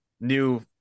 new